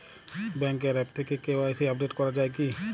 ব্যাঙ্কের আ্যপ থেকে KYC update করা যায় কি?